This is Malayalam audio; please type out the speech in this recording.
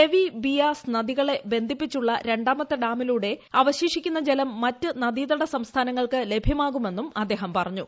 രവി ബിയാസ് നദികളെ ബന്ധിപ്പിച്ചുള്ള രണ്ടാമത്തെ ഡാമിലൂടെ അവശേഷിക്കുന്ന ജലം മറ്റ് നദീതട സംസ്ഥാനങ്ങൾക്ക് ലഭ്യമാകുമെന്നും അദ്ദേഹം പറഞ്ഞു